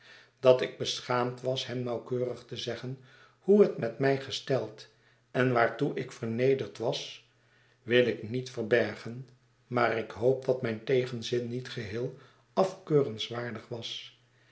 dat ik beschaamd was hem nauwkeurig te zeggen hoe het met mij gesteld en waartoe ik vernederd was wil ik niet verbergen maar ik hoop dat mijn tegenzin niet geheei afkeurenswaardig was